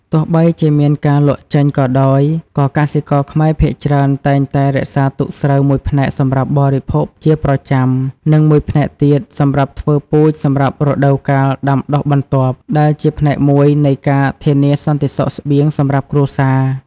ទោះបីជាមានការលក់ចេញក៏ដោយ ក៏កសិករខ្មែរភាគច្រើនតែងតែរក្សាទុកស្រូវមួយផ្នែកសម្រាប់បរិភោគជាប្រចាំ និងមួយផ្នែកទៀតសម្រាប់ធ្វើពូជសម្រាប់រដូវកាលដាំដុះបន្ទាប់ ដែលជាផ្នែកមួយនៃការធានាសន្តិសុខស្បៀងសម្រាប់គ្រួសារ។